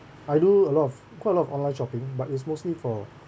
I do a lot of quite a lot of online shopping but it's mostly for